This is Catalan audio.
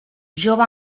jove